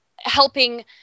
helping